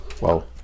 Wow